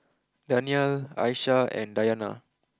Danial Aisyah and Dayana